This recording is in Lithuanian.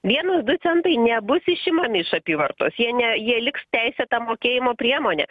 vienas du centai nebus išimami iš apyvartos jei ne jie liks teisėta mokėjimo priemonė